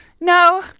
No